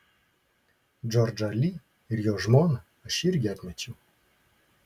džordžą li ir jo žmoną aš irgi atmečiau